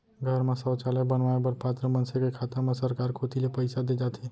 घर म सौचालय बनवाए बर पात्र मनसे के खाता म सरकार कोती ले पइसा दे जाथे